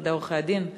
במשרדי עורכי-הדין.